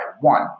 one